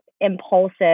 impulsive